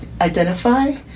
identify